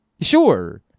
sure